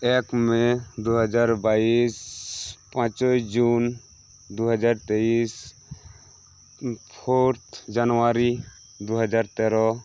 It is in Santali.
ᱮᱠ ᱢᱮ ᱫᱩ ᱦᱟᱡᱟᱨ ᱵᱟᱭᱤᱥ ᱯᱟᱸᱪᱚᱭ ᱡᱩᱱ ᱫᱩ ᱦᱟᱡᱟᱨ ᱛᱮᱭᱤᱥ ᱯᱷᱳᱨᱛᱷ ᱡᱟᱱᱩᱣᱟᱨᱤ ᱫᱩ ᱦᱟᱡᱟᱨ ᱛᱮᱨᱚ